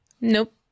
nope